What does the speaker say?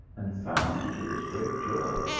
and found, to his great joy,